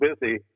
busy